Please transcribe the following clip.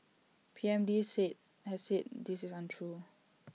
P M lee said has said this is untrue